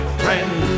friend